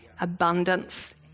abundance